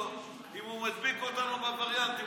שואלים אותו אם הוא מדביק אותנו בווריאנטים,